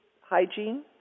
hygiene